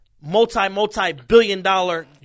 multi-multi-billion-dollar